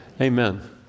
Amen